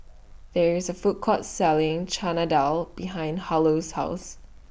There IS Food Court Selling Chana Dal behind Harlow's House